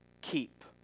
keep